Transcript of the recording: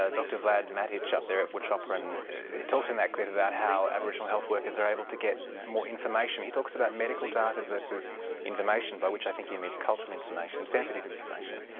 ah dr vlad matic up there at wuchopperen talks in that clip about how aboriginal health workers are able to get more information. he talks about medical data versus information, by which i think he means cultural information, sensitive information.